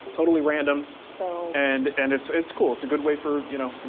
totally random. so and and it's it's cool. it's a good way for, you know. and